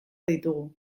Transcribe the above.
ditugu